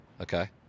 Okay